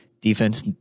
defense